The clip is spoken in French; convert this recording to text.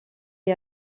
est